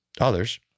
Others